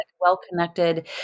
Well-connected